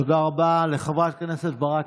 תודה רבה לחברת הכנסת ברק.